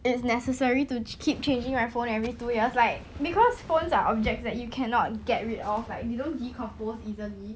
it's necessary to keep changing my phone every two years like because phones are objects that you cannot get rid of like you don't decompose easily